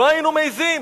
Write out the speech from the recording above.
לא היינו מעזים.